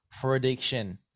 prediction